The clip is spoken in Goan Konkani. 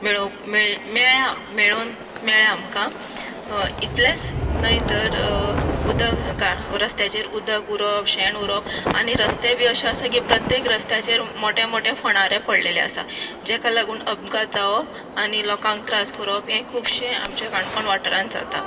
मे मेळ्या मेळ्या मेळोवन मेळ्या आमकां इतलेंच न्हय तर उदक रस्त्याचेर उदक उरप शेण उरप आनी रस्ते बी अशें आसात की प्रत्येक रस्त्याचेर मोठे मोठे फोंणारे पडिल्ले आसात जाका लागून अपघात जावप आनी लोकांक त्रास करप हें खुबशे आमच्या काणकोण वाठारांत जाता